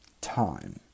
time